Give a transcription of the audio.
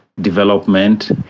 development